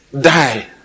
die